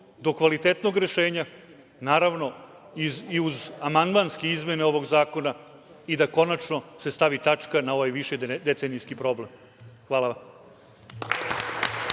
do kvalitetnog rešenja, naravno i uz amandmanske izmene ovog zakona i da se konačno stavi tačka na ovaj višedecenijski problem. Hvala.